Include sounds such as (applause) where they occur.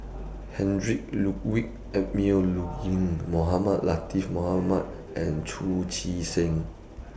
(noise) Heinrich Ludwig Emil (noise) Luering Mohamed Latiff Mohamed and Chu Chee Seng